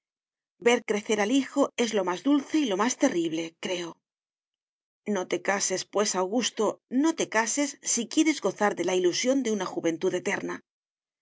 ver crecer al hijo es lo más dulce y lo más terrible creo no te cases pues augusto no te cases si quieres gozar de la ilusión de una juventud eterna